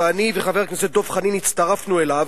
ואני וחבר הכנסת דב חנין הצטרפנו אליו,